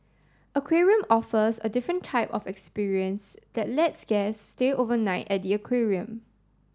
aquarium offers a different type of experience that lets guests stay overnight at the aquarium